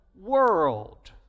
world